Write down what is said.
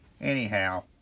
anyhow